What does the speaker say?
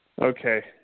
Okay